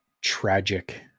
tragic